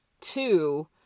Two